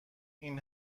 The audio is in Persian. این